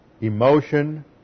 emotion